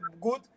good